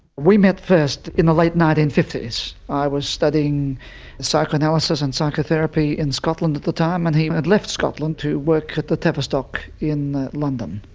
we met first in the late nineteen fifty s. i was studying psychoanalysis and psychotherapy in scotland at the time, and he had left scotland to work at the tavistock in london.